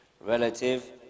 relative